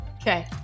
Okay